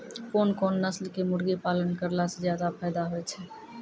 कोन कोन नस्ल के मुर्गी पालन करला से ज्यादा फायदा होय छै?